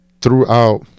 throughout